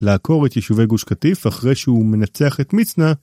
לעקור את יישובי גוש קטיף אחרי שהוא מנצח את מצנע.